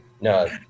No